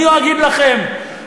אני אגיד לכם,